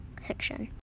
section